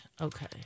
Okay